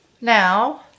Now